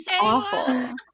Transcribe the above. awful